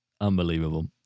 Unbelievable